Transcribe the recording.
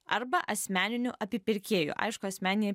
arba asmeniniu apipirkėju aišku asmeniniai